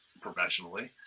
professionally